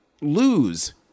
lose